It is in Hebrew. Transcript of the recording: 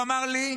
הוא אמר לי: